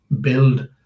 build